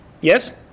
Yes